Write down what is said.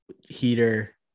heater